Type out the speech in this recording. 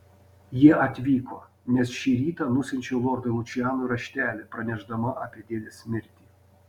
jie atvyko nes šį rytą nusiunčiau lordui lučianui raštelį pranešdama apie dėdės mirtį